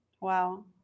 Wow